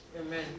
Amen